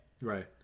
Right